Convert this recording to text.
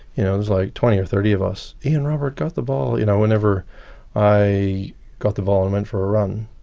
it was like twenty or thirty of us, ian roberts got the ball you know whenever i got the ball and went for a run.